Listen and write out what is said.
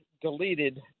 deleted